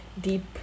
deep